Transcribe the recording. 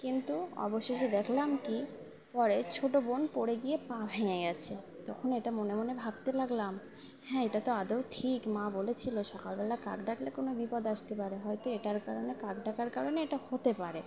কিন্তু অবশেষে সেই দেখলাম কি পরে ছোটো বোন পড়ে গিয়ে পা ভেঙে গেছে তখন এটা মনে মনে ভাবতে লাগলাম হ্যাঁ এটা তো আদৌও ঠিক মা বলেছিলো সকালবেলা কাক ডাকলে কোনো বিপদ আসতে পারে হয়তো এটার কারণে কাক ডাকার কারণে এটা হতে পারে